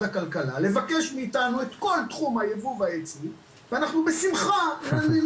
הכלכלה לבקש מאיתנו את כל תחום הייבוא וייצוא ואנחנו בשמחה נעניק